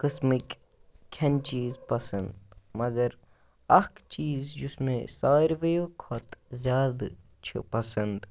قٕسمٕکۍ کھٮ۪ن چیٖز پَسنٛد مگر اَکھ چیٖز یُس مےٚ ساروِیو کھۄتہٕ زیادٕ چھِ پَسنٛد